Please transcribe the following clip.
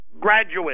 graduate